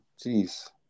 Jeez